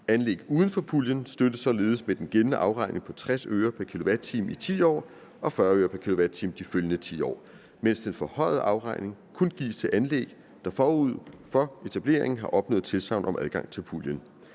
Anlæg uden for puljen støttes således med den gældende afregning på 60 øre pr. kilowatt-time i 10 år og 40 øre pr. kilowatt-time de følgende 10 år, mens den forhøjede afregning kun gives til anlæg, der forud for etableringen har opnået tilsagn om adgang til puljen.